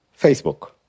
Facebook